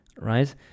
right